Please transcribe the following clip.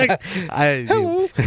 Hello